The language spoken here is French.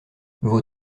vos